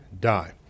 die